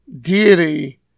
deity